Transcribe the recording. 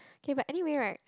okay but anyway right